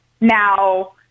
Now